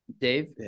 Dave